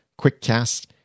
Quickcast